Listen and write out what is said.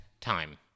time